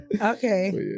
Okay